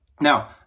Now